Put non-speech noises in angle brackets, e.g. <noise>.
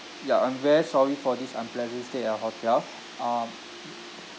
ya I'm very sorry for this unpleasant stay at our hotel um <noise>